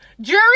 jury